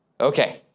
Okay